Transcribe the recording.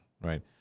Right